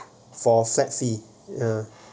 for flexi ya